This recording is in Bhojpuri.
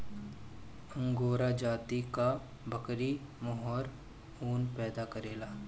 अंगोरा जाति कअ बकरी मोहेर ऊन पैदा करेले